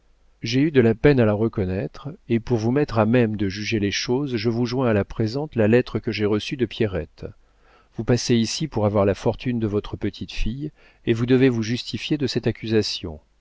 j'ai eu de la peine à la reconnaître et pour vous mettre à même de juger les choses je vous joins à la présente la lettre que j'ai reçue de pierrette vous passez ici pour avoir la fortune de votre petite-fille et vous devez vous justifier de cette accusation